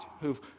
who've